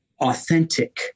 authentic